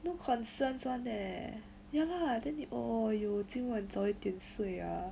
no concerns [one] eh ya lah then you oh you 今晚早点睡啊